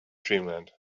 dreamland